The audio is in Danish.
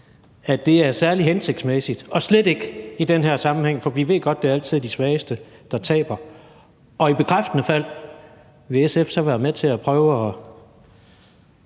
er særlig hensigtsmæssigt – og slet ikke i den her sammenhæng, for vi ved godt, at det altid er de svageste, der taber. Og i bekræftende fald vil SF så være med til at prøve at